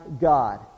God